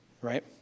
Right